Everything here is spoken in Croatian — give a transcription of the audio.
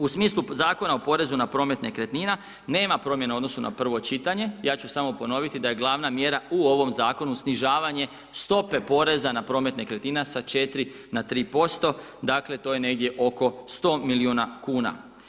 U smislu Zakona o porezu na promet nekretnina, nema promjena u odnosu na prvo čitanje, ja ću samo ponoviti da je glavna mjera u ovom Zakonu snižavanje stope poreza na promet nekretnina sa 4 na 3%, dakle to je negdje oko 100 milijuna kuna.